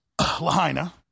Lahaina